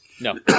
No